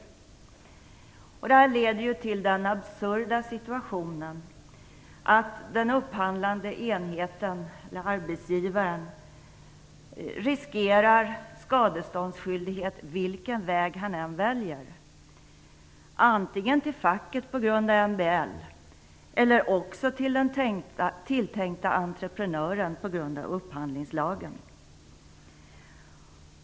Det leder till den absurda situationen att den upphandlande enheten eller arbetsgivaren riskerar skadeståndsskyldighet vilken väg han än väljer, dvs. antingen han går till facket på grund av MBL eller till den tilltänkte entreprenören på grund av upphandlingslagen.